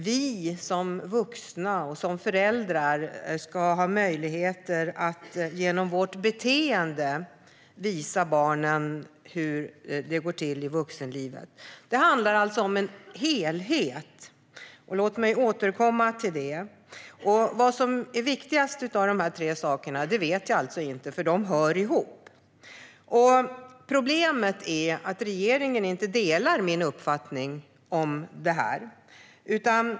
Vi som vuxna och föräldrar ska ha möjligheter att genom vårt beteende visa barnen hur det går till i vuxenlivet. Det handlar alltså om en helhet. Låt mig återkomma till det. Vad som är viktigast av dessa tre saker vet jag inte, för de hör ihop. Problemet är att regeringen inte delar min uppfattning om detta.